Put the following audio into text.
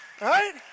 right